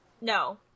no